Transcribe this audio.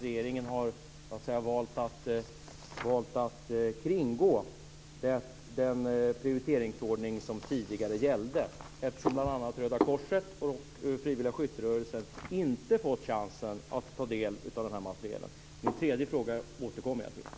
Regeringen har valt att kringgå den prioriteringsordning som tidigare gällde eftersom bl.a. Röda korset och Frivilliga Skytterörelsen inte fått chansen att ta del av denna materiel. Min tredje fråga återkommer jag till.